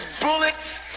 bullets